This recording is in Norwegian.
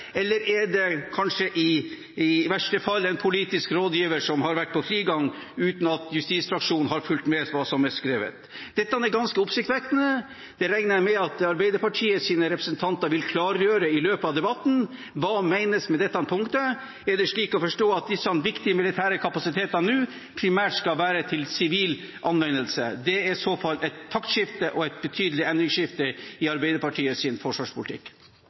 Eller er det kanskje i verste fall en politisk rådgiver som har vært på frigang uten at justisfraksjonen har fulgt med på hva som er skrevet? Dette er ganske oppsiktsvekkende, og jeg regner med at Arbeiderpartiets representanter vil klargjøre i løpet av debatten hva som menes med dette punktet. Er det slik å forstå at disse viktige militære kapasitetene nå primært skal være til sivil anvendelse? Det er i så fall et taktskifte og en betydelig endring i Arbeiderpartiets forsvarspolitikk.